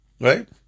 Right